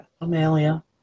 Amalia